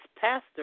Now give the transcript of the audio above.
Pastor